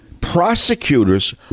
prosecutors